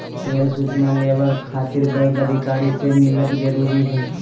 Rail सूचना labour खातिर bank अधिकारी से मिलक जरूरी है?